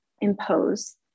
impose